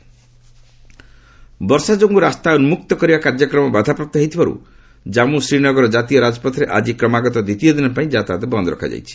J and K highway ବର୍ଷାଯୋଗୁଁ ରାସ୍ତା ଉନ୍ନୁକ୍ତ କରିବା କାର୍ଯ୍ୟକ୍ରମ ବାଧାପ୍ରାପ୍ତ ହୋଇଥିବାରୁ ଜାନ୍ମୁ ଶ୍ରୀନଗରର କାତୀୟ ରାଜପଥରେ ଆଜି କ୍ରମାଗତ ଦ୍ୱିତୀୟ ଦିନ ପାଇଁ ଯାତାୟତ ବନ୍ଦ ରଖାଯାଇଛି